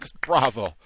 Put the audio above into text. Bravo